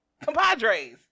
compadres